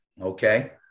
Okay